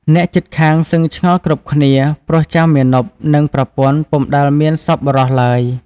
អ្នកជិតខាងសឹងឆ្ងល់គ្រប់គ្នា ព្រោះចៅមាណព និងប្រពន្ធពុំដែលមានសប្បុរសឡើយ។